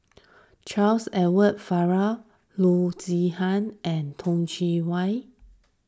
Charles Edward Faber Loo Zihan and Toh Chin